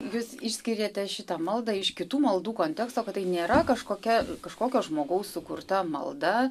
jūs išskyrėte šitą maldą iš kitų maldų konteksto kad tai nėra kažkokia kažkokio žmogaus sukurta malda